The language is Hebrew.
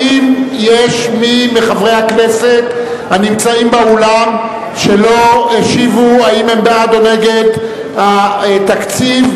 האם יש מי מחברי הכנסת באולם שלא השיבו אם הם בעד או נגד התקציב,